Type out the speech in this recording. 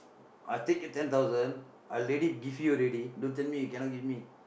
I take your ten thousand I already give you already don't tell me you cannot give me